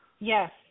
Yes